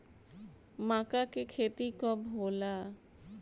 माका के खेती कब होला?